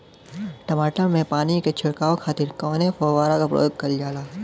टमाटर में पानी के छिड़काव खातिर कवने फव्वारा का प्रयोग कईल जाला?